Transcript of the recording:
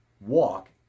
walk